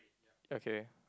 okay